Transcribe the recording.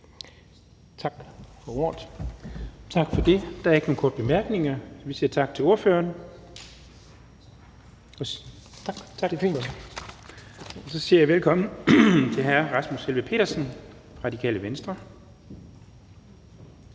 Thulesen Dahl): Tak for det. Der er ikke nogen korte bemærkninger, så vi siger tak til ordføreren. Så siger jeg velkommen til hr. Rasmus Helveg Petersen, Radikale Venstre.